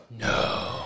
No